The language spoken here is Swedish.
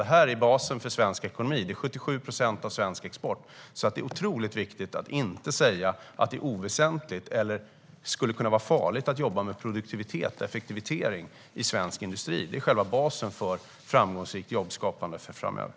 Detta är dock basen för svensk ekonomi och utgör 77 procent av svensk export. Det är alltså otroligt viktigt att man inte säger att detta är oväsentligt eller att det skulle kunna vara farligt att jobba med produktivitet och effektivisering inom svensk industri. Det här är själva basen för ett framgångsrikt jobbskapande för framtiden.